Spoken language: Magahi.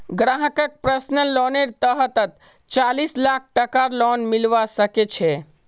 ग्राहकक पर्सनल लोनेर तहतत चालीस लाख टकार लोन मिलवा सके छै